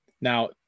now